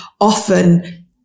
often